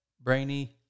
Brainy